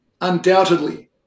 undoubtedly